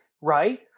Right